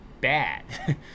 bad